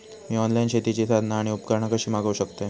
मी online शेतीची साधना आणि उपकरणा कशी मागव शकतय?